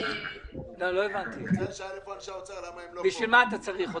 למה אתה צריך אותם?